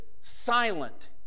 silent